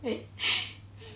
wait